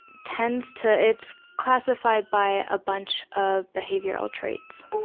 tends to, it's classified by a bunch of behavioral traits.